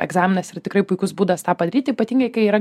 egzaminas yra tikrai puikus būdas tą padaryti ypatingai kai yra